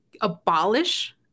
abolish